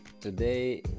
Today